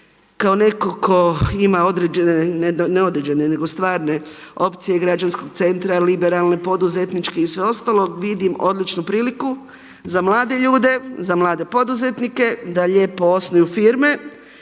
kao netko tko ima određene, ne određene nego stvarne opcije građanskog centra, liberalne, poduzetničke i sve ostalo vidim odličnu priliku za mlade ljude, za mlade poduzetnike da lijepo osnuju firme